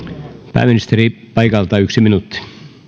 pääministeri paikalta yksi minuutti